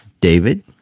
David